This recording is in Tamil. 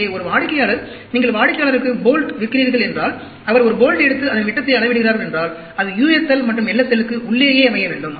எனவே ஒரு வாடிக்கையாளர் நீங்கள் வாடிக்கையாளருக்கு போல்ட் விற்கிறீர்கள் என்றால் அவர் 1 போல்ட் எடுத்து அதன் விட்டத்தை அளவிடுகிறார் என்றால் அது USL மற்றும் LSL க்கு உள்ளேயே அமைய வேண்டும்